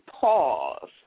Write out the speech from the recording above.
pause